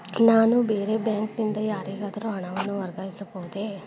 ನಾನು ಬೇರೆ ಬ್ಯಾಂಕ್ ನಿಂದ ಯಾರಿಗಾದರೂ ಹಣವನ್ನು ವರ್ಗಾಯಿಸಬಹುದೇ?